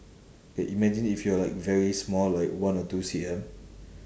K imagine if you are like very small like one or two C_M